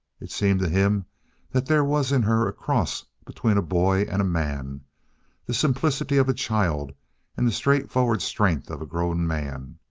it seemed to him that there was in her a cross between a boy and a man the simplicity of a child and the straightforward strength of a grown man,